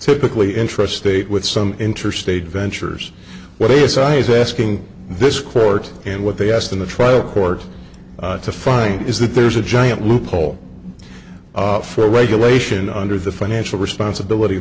typically intrastate with some interstate ventures what is i is asking this court and what they asked in the trial court to find is that there's a giant loophole for regulation under the financial responsibility